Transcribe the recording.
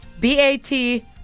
b-a-t